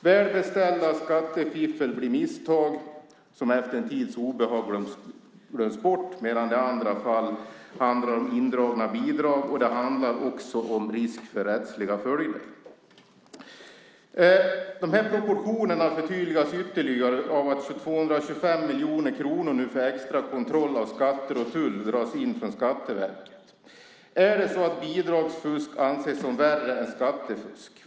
Välbeställdas skattefiffel blir "misstag", som efter en tids obehag glöms bort, medan det i andra fall handlar om indragna bidrag och risk för rättsliga följder. Proportionerna förtydligas ytterligare av att 225 miljoner kronor för extrakontroll av skatter och tull dras in från Skatteverket. Är det så att bidragsfusk anses som värre än skattefusk?